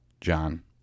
John